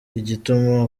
igituma